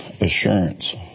assurance